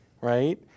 right